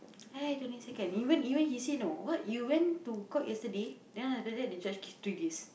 [aiya] twenty second even even he say you know what you went to court yesterday then after that they just give three days